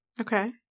Okay